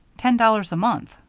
ten dollars a month.